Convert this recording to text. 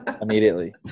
immediately